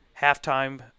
halftime